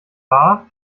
bar